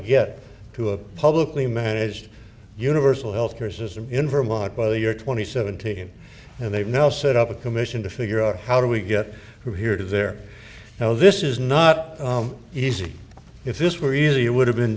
get to a publicly managed universal health care system in vermont by the year twenty seventeen and they've now set up a commission to figure out how do we get from here to there now this is not easy if this were easy it would have been